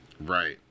right